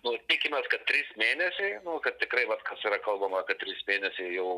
nu tikimės kad trys mėnesiai nu kad tikrai vat kas yra kalbama kad trys mėnesiai jau